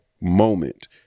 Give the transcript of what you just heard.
moment